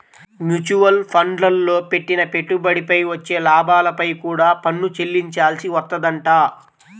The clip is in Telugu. మ్యూచువల్ ఫండ్లల్లో పెట్టిన పెట్టుబడిపై వచ్చే లాభాలపై కూడా పన్ను చెల్లించాల్సి వత్తదంట